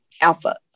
alpha